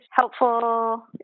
helpful